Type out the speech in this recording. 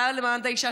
הוועדה למעמד האישה,